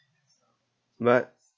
but